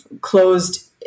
closed